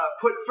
put